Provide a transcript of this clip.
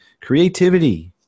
Creativity